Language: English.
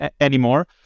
anymore